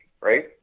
right